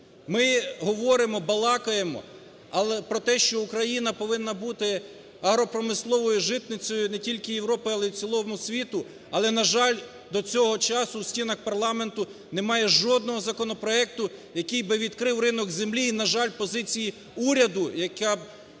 Ми говоримо-балакаємо, але про те, що Україна повинна бути агропромисловою житницею не тільки Європи, але й в цілому світу, але, на жаль, до цього часу в стінах парламенту немає жодного законопроекту, який би відкрив ринок землі і, на жаль, позиції уряду, яка б